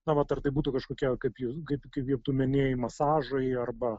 na vat ar tai būtų kažkokia kaip jūs kaip tu minėjai masažai arba